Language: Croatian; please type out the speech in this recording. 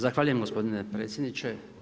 Zahvaljujem gospodine predsjedniče.